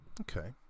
okay